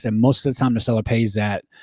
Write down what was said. and most of the time the seller pays that.